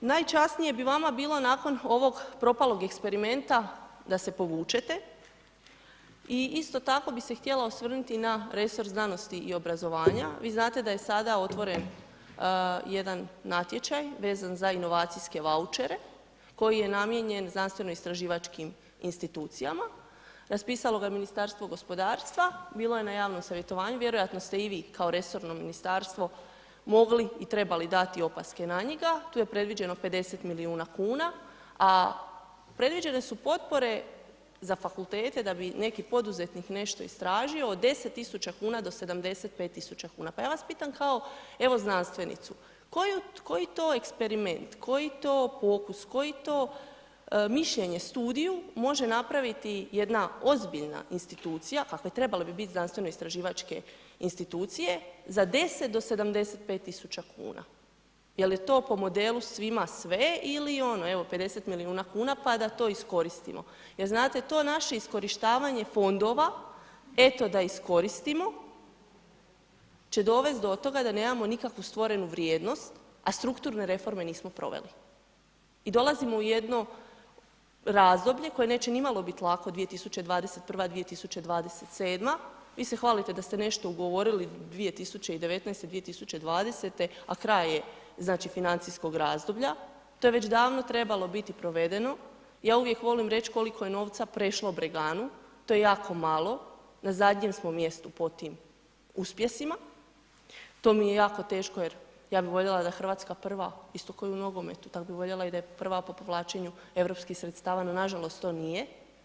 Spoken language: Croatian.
Najčasnije bi vama bilo nakon ovog propalog eksperimenta da se povučete i isto tako bi se htjela osvrnuti na resor znanosti i obrazovanja, vi znate da je sada otvoren jedan natječaj vezan za inovacijske vaučere koji je namijenjen znanstveno istraživačkim institucijama, raspisalo ga je Ministarstvo gospodarstva, bilo je na javnom savjetovanju, vjerojatno ste i vi kao resorno ministarstvo mogli i trebali dati opaske na njega, tu je predviđeno 50 milijuna kuna, a predviđene su potpore za fakultete da bi neki poduzetnik nešto istražio od 10.000,00 kn do 75.000,00 kn, pa ja vas pitam kao evo znanstvenicu, koju, koji to eksperiment, koji to pokus, koji to mišljenje studiju može napraviti jedna ozbiljna institucija, kakve trebale bi bit znanstveno istraživačke institucije, za 10 do 75.000,00 kn, jel je to po modelu svima sve ili ono evo 50 milijuna kuna pa da to iskoristimo, jer znate to naše iskorištavanje fondova eto da iskoristimo će dovest do toga da nemamo nikakvu stvorenu vrijednost, a strukturne reforme nismo proveli i dolazimo u jedno razdoblje koje neće nimalo bit lako 2021.-2027., vi se hvalite da ste nešto ugovorili 2019/2020, a kraj je znači financijskog razdoblja, to je već davno trebalo biti provedeno, ja uvijek volim reć koliko je novca prešlo Breganu, to je jako malo, na zadnjem smo mjestu po tim uspjesima, to mi je jako teško jer ja bi voljela da je RH prva, isto ko i u nogometu, tak bi voljela i da je prva po povlačenju europskih sredstava, no nažalost to nije.